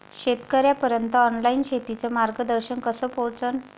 शेतकर्याइपर्यंत ऑनलाईन शेतीचं मार्गदर्शन कस पोहोचन?